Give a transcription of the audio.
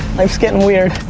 life's getting weird.